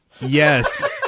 Yes